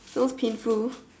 so painful